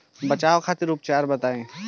बचाव खातिर उपचार बताई?